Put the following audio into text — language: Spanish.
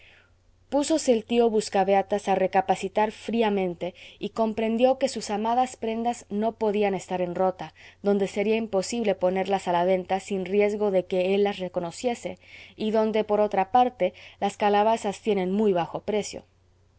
el tío buscabeatas a recapacitar fríamente y comprendió que sus amadas prendas no podían estar en rota donde sería imposible ponerlas a la venta sin riesgo de que él las reconociese y donde por otra parte las calabazas tienen muy bajo precio